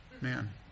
Man